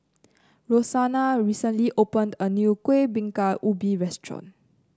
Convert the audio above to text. Roxanna recently opened a new Kuih Bingka Ubi restaurant